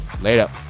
later